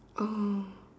oh